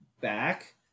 back